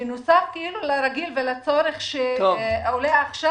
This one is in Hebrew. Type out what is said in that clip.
בנוסף לצורך שעולה עכשיו,